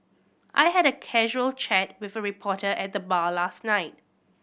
I had a casual chat with a reporter at the bar last night